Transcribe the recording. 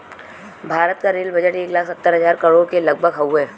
भारत क rail budget एक लाख सत्तर हज़ार करोड़ के लगभग हउवे